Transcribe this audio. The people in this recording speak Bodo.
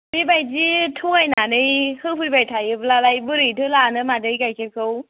बेबायदि थगायनानै होफैबाय थायोब्लालाय बोरैथो लानो मादै गाइखेरखौ